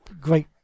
great